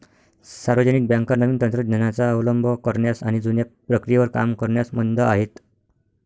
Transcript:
सार्वजनिक बँका नवीन तंत्र ज्ञानाचा अवलंब करण्यास आणि जुन्या प्रक्रियेवर काम करण्यास मंद आहेत